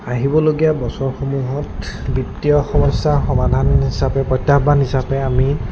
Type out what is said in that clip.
আহিবলগীয়া বছৰসমূহত বিত্তীয় সমস্যাৰ সমাধান হিচাপে প্ৰত্যাহ্বান হিচাপে আমি